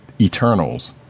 Eternals